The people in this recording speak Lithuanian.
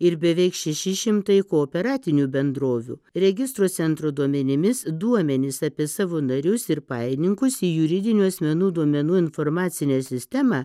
ir beveik šeši šimtai kooperatinių bendrovių registrų centro duomenimis duomenis apie savo narius ir pajininkus į juridinių asmenų duomenų informacinę sistemą